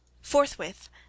Forthwith